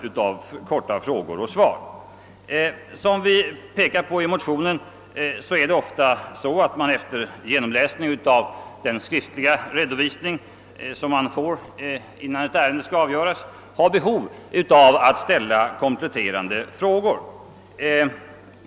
Som vi framhåller i vår motion är det ofta så att man efter genomläsning av den skriftliga redovisning man får innan ett ärende skall avgöras har behov av att ställa kompletterande frågor.